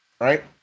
right